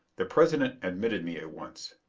the president admitted me at once.